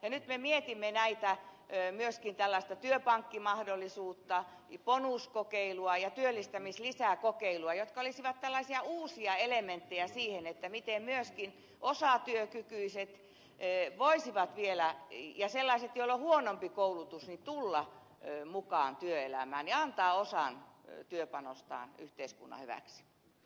nyt me mietimme myöskin tällaista työpankkimahdollisuutta bonus kokeilua ja työllistämislisäkokeilua jotka olisivat tällaisia uusia elementtejä siihen miten me asti osa vie nykyiseen ei varsinkaan myöskin osatyökykyiset ja sellaiset joilla on huonompi koulutus voisivat vielä tulla mukaan työelämään ja antaa osan työpanostaan yhteiskunnan hyväksi